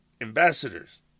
ambassadors